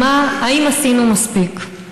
האם עשינו מספיק?